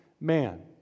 man